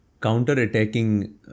counter-attacking